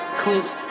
clips